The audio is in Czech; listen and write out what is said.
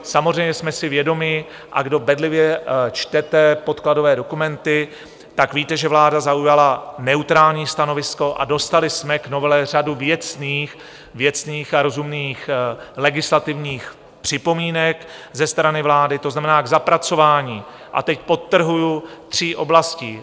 Samozřejmě jsme si vědomi, a kdo bedlivě čtete podkladové dokumenty, tak víte, že vláda zaujala neutrální stanovisko a dostali jsme k novele řadu věcných, věcných a rozumných, legislativních připomínek ze strany vlády, to znamená k zapracování a teď podtrhuji tří oblastí.